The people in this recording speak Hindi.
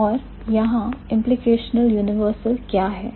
और यहां implicational universal क्या है